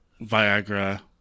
Viagra